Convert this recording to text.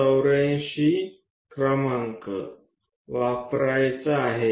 84 क्रमांक वापरायचा आहे